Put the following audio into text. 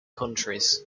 countries